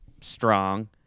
strong